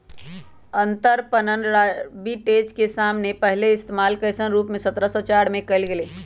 अंतरपणन या आर्बिट्राज के सबसे पहले इश्तेमाल ऐसन रूप में सत्रह सौ चार में कइल गैले हल